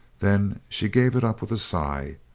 then she gave it up with a. sigh.